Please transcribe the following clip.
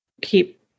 keep